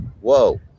Whoa